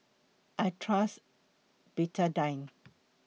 I Trust Betadine